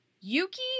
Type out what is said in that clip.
Yuki